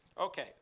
Okay